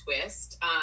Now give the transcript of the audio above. twist